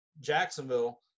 Jacksonville